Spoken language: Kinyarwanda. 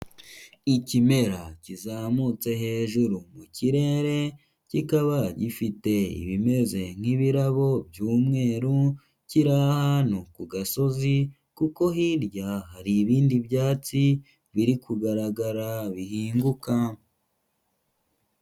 Ikimera kizamutse hejuru mu kirere, kikaba gifite ibimeze nk'ibirabo by'umweru, kiri ahantu ku gasozi kuko hirya hari ibindi byatsi, biri kugaragara bihinguka.